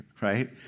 right